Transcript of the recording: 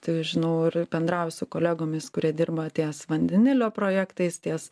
tai žinau ir bendrauju su kolegomis kurie dirba ties vandenilio projektais ties